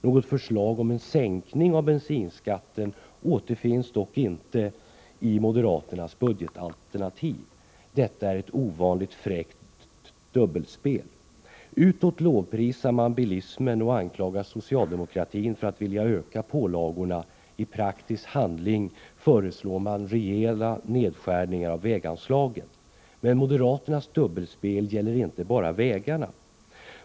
Något förslag om en sänkning av bensinskatten återfinns dock inte i moderaternas budgetalternativ. Detta är ett ovanligt fräckt dubbelspel. Utåt lovprisar man bilismen och anklagar socialdemokraterna för att vilja öka pålagorna. I praktisk handling föreslår man rejäla nedskärningar av väganslagen. Men moderaternas dubbelspel gäller inte bara vägarna.